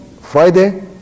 Friday